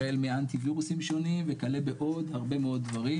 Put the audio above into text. החל מאנטי וירוסים שונים וכלה בעוד הרבה מאוד דברים,